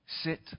Sit